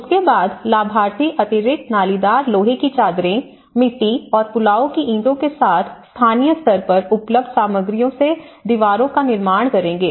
इसके बाद लाभार्थी अतिरिक्त नालीदार लोहे की चादरों मिट्टी और पुआल की ईंटों के साथ स्थानीय स्तर पर उपलब्ध सामग्रियों से दीवारों का निर्माण करेंगे